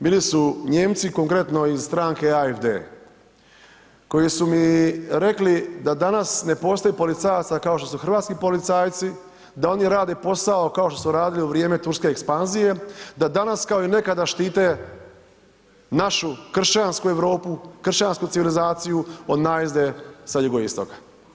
Bili su Nijemci, konkretno iz stranke AFD koji su mi rekli da danas ne postoji policajaca kao što su hrvatski policajci, da oni rade posao kao što su radili u vrijeme turske ekspanzije, da danas kao i nekada štite našu kršćansku Europu, kršćansku civilizaciju od najezde sa jugoistoka.